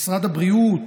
משרד הבריאות